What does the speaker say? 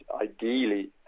ideally